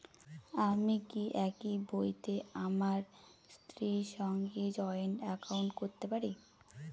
আমি কি একই বইতে আমার স্ত্রীর সঙ্গে জয়েন্ট একাউন্ট করতে পারি?